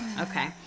Okay